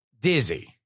dizzy